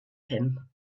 him